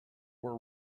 were